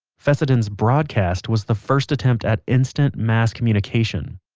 fessenden's broad-cast was the first attempt at instant, mass communication.